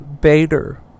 Bader